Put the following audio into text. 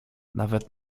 nawet